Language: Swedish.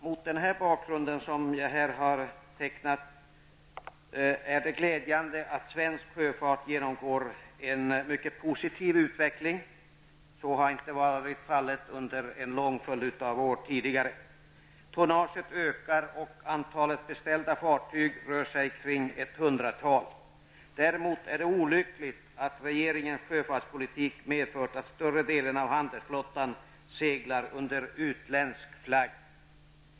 Mot den bakgrund jag har tecknat är det glädjande att svensk sjöfart genomgår en mycket positiv utveckling, vilket tidigare inte varit fallet under en lång följd av år. Tonnaget ökar och antalet beställda fartyg rör sig kring ett hundratal. Däremot är det olyckligt att regeringens sjöfartspolitik medfört att större delen av handelsflottan seglar under utländskt flagg.